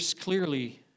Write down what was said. clearly